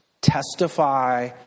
Testify